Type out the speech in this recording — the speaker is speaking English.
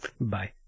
Bye